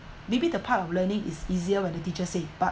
maybe the part of learning is easier when the teacher say but